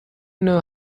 know